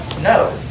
no